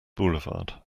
boulevard